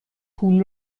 پول